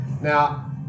Now